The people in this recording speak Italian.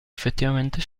effettivamente